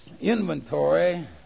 inventory